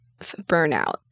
burnout